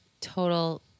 Total